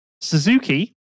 Suzuki